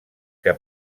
que